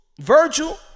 Virgil